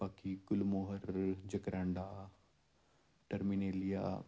ਬਾਕੀ ਗੁਲਮੋਹਰ jacaranda terminalia